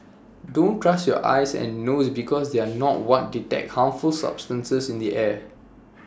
don't trust your eyes and nose because they are not what detect harmful substances in the air